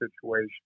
situation